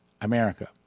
America